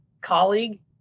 colleague